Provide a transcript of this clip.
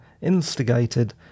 instigated